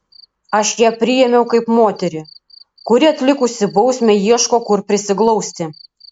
aš ją priėmiau kaip moterį kuri atlikusi bausmę ieško kur prisiglausti